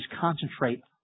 concentrate